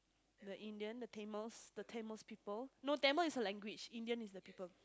the Indian the Tamil the Tamil people not Tamil is a language Indian is a people